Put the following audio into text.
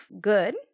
good